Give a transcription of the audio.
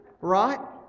Right